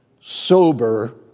sober